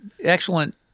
excellent